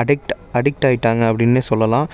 addict addict ஆகிட்டாங்க அப்படினே சொல்லலாம்